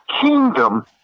kingdom